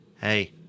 hey